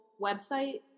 website